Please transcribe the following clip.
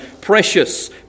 precious